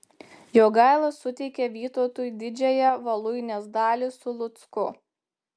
jogaila suteikė vytautui didžiąją voluinės dalį su lucku